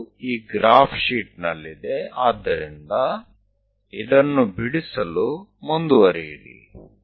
ಇದು ಈ graph sheet ನಲ್ಲಿದೆ ಆದ್ದರಿಂದ ಇದನ್ನು ಬಿಡಿಸಲು ಮುಂದುವರಿಯಿರಿ